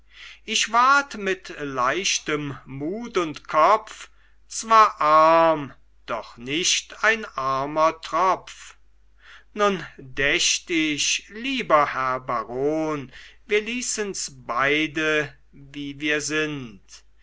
ich ward mit leichtem mut und kopf zwar arm doch nicht ein armer tropf nun dächt ich lieber herr baron wir ließen's beide wie wir sind